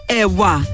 ewa